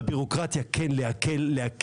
בביורוקרטיה כן להקל, להקל.